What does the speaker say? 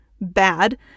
bad